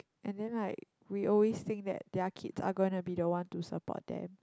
and then like we always think that their kids are going to be the one to support them